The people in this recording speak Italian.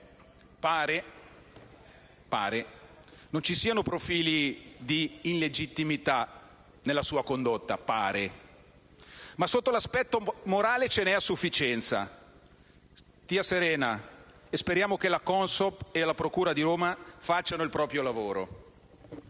pare che non ci siano profili di illegittimità nella sua condotta. Pare, ma, sotto l'aspetto morale, ce n'è a sufficienza. Stia serena e speriamo che la CONSOB e la procura di Roma facciano il proprio lavoro.